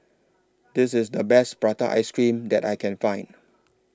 This IS The Best Prata Ice Cream that I Can Find